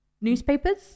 newspapers